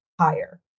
higher